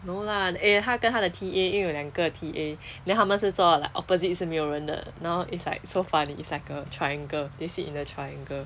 no lah eh 他跟他的 T_A 应为有两个 T_A then 他们是坐 like opposite 是没有人的然后 it's like so funny it's like a triangle they sit in a triangle